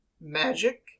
magic